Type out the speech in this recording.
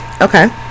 Okay